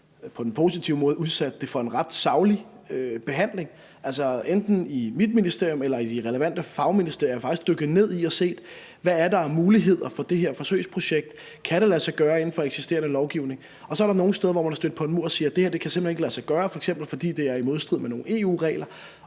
på den positive måde – har udsat det for en ret saglig behandling enten i mit ministerium eller i de andre relevante fagministerier og faktisk har dykket ned i det og set på: Hvad er der af muligheder for det her forsøgsprojekt? Kan det lade sig gøre inden for eksisterende lovgivning? Så er der nogle steder, hvor man er stødt på en mur og må sige: Det her kan simpelt hen ikke lade sig gøre, f.eks. fordi det er i modstrid med nogle EU-regler.